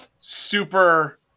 super